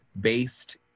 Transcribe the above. based